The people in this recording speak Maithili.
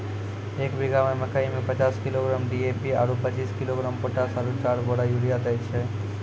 एक बीघा मे मकई मे पचास किलोग्राम डी.ए.पी आरु पचीस किलोग्राम पोटास आरु चार बोरा यूरिया दैय छैय?